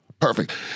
Perfect